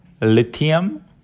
lithium